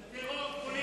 זה טרור פוליטי.